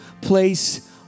place